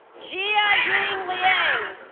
jia ying liang